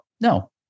No